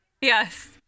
Yes